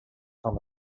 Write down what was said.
from